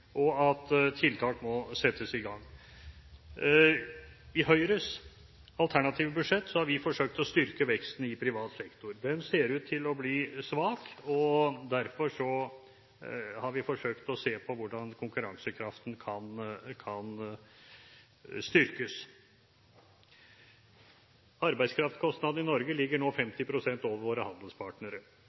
og at tiltak må settes i gang. I Høyres alternative budsjett har vi forsøkt å styrke veksten i privat sektor. Den ser ut til å bli svak, og derfor har vi forsøkt å se på hvordan konkurransekraften kan styrkes. Arbeidskraftskostnadene i Norge ligger nå 50 pst. over våre